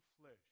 flesh